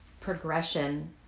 progression